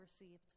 received